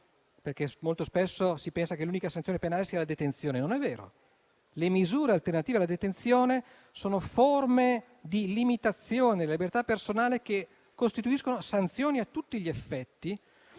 penali. Molto spesso si pensa che l'unica sanzione penale sia la detenzione. Non è vero. Le misure alternative alla detenzione sono forme di limitazione della libertà personale, che costituiscono sanzioni a tutti gli effetti.